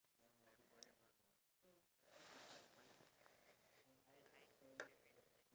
have an effect to you in order for it to be considered a memorable experience